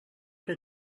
que